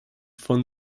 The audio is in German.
von